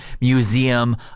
Museum